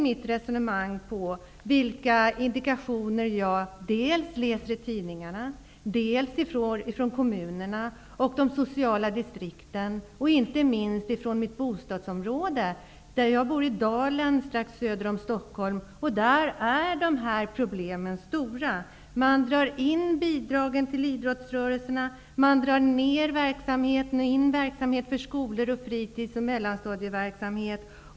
Mitt resonemang bygger på dels de indikationer jag får när jag läser tidningar, dels indikationer från kommunerna och socialdistrikten. Inte minst gäller det indikationer som jag får från mitt eget bostadsområde. Jag bor i Dalen, strax söder om Stockholm, och där är de här problemen stora. Man drar in bidragen till idrottsrörelser. Man drar både ner och in verksamheter för skolor, fritidshem och mellanstadieverksamhet.